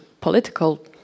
political